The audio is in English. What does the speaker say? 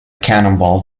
cannonball